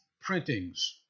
printings